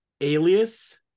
alias